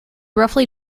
roughly